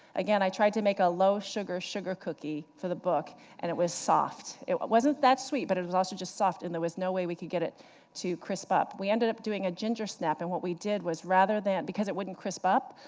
again, i tried to make a low sugar sugar cookie for the book, and it was soft. it wasn't that sweet, but it was also just soft, and there was no way we can get it to crisp up. we ended up doing a ginger snap, and what we did was rather than because it wouldn't crisp up,